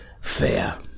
Fair